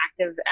active